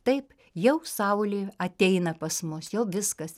taip jau saulė ateina pas mus jau viskas